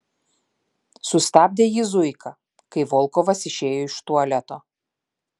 sustabdė jį zuika kai volkovas išėjo iš tualeto